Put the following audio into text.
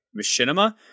Machinima